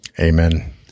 Amen